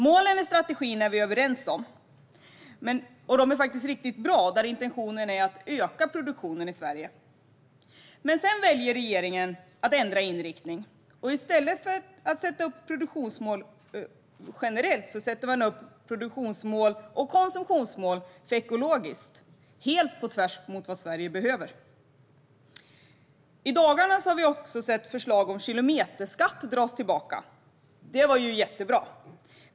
Målen i strategin är vi överens om, och de är riktigt bra med en intention om att öka produktion i Sverige. Men sedan väljer regering att ändra inriktning, och i stället för att sätta upp produktionsmål generellt sätter man upp produktionsmål och konsumtionsmål för ekologiskt, helt på tvärs med vad Sverige behöver. I dagarna har vi sett förslaget om kilometerskatt dras tillbaka. Det var jättebra.